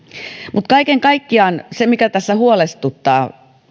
mutta kaiken kaikkiaan se mikä tässä huolestuttaa